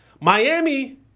Miami